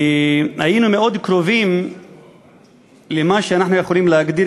היינו מאוד קרובים למה שאנחנו יכולים להגדיר